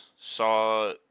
saw